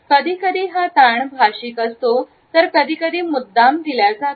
कधीकधी हा तान भाषिक असतो तर कधीकधी मुद्दाम दिल्या जातो